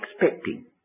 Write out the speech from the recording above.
expecting